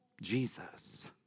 Jesus